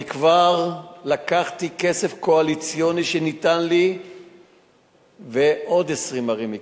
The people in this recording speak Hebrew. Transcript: אני כבר לקחתי כסף קואליציוני שניתן לי ועוד 20 ערים ייכנסו.